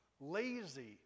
lazy